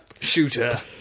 shooter